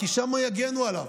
כי שם יגנו עליו.